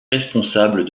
responsable